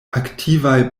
aktivaj